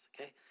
okay